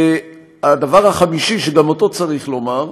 הדבר החמישי, שגם אותו צריך לומר: